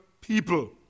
people